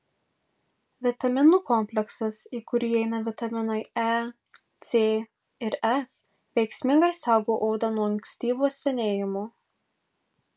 vitaminų kompleksas į kurį įeina vitaminai e c ir f veiksmingai saugo odą nuo ankstyvo senėjimo